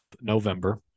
November